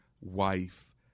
wife